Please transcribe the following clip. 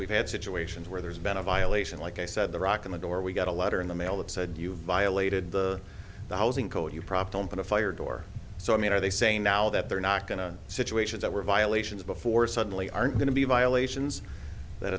we've had situations where there's been a violation like i said the rock in the door we got a letter in the mail that said you violated the the housing code you propped open a fire door so i mean are they saying now that they're not going to situations that were violations before suddenly aren't going to be violations that